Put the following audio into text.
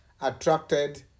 attracted